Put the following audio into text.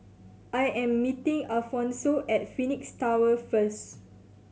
I am meeting Alphonso at Phoenix Tower first